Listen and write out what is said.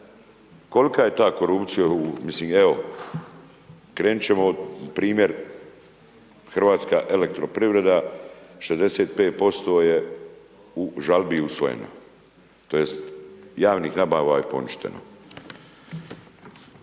kolika je ta korupcija, mislim evo, krenut ćemo od primjer HEP-a 65% je žalbi usvojeno, tj. javnih nabava je poništeno.